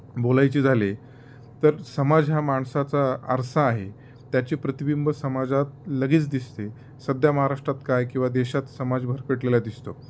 बोलायचे झाले तर समाज हा माणसाचा आरसा आहे त्याचे प्रतिबिंब समाजात लगेच दिसते सध्या महाराष्ट्रात काय किंवा देशात समाज भरकटलेला दिसतो